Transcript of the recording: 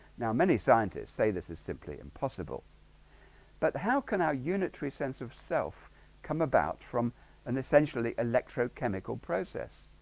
now many scientists say this is simply impossible but how can our unitary sense of self come about from an essentially electrochemical process?